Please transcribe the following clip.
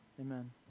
Amen